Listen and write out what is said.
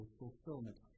fulfillment